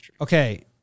Okay